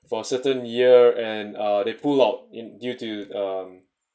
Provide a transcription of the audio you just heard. for certain year and uh they pull out in due to um